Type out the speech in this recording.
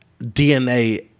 DNA